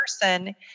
person